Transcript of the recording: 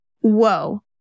Whoa